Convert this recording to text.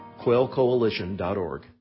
quailcoalition.org